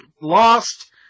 Lost